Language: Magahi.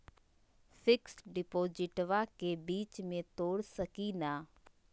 फिक्स डिपोजिटबा के बीच में तोड़ सकी ना?